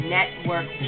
Network